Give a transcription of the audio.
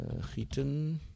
Gieten